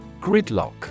Gridlock